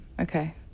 Okay